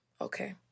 Okay